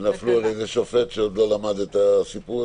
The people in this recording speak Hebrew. --- נפלו על איזה שופט שעוד לא למד את הסיפור הזה?